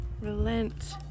relent